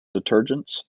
detergents